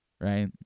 right